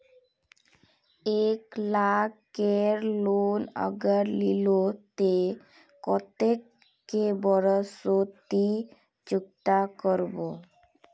एक लाख केर लोन अगर लिलो ते कतेक कै बरश सोत ती चुकता करबो?